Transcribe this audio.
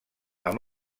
amb